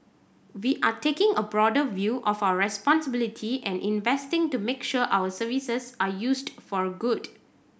we are taking a broader view of our responsibility and investing to make sure our services are used for good